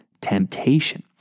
temptation